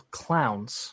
clowns